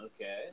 Okay